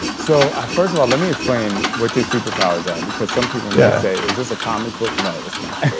so first of all, let me explain what your superpowers are, because some people may say, is this a comic book? no, it's not.